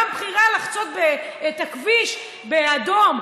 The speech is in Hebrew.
גם בחירה לחצות את הכביש באדום,